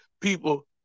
people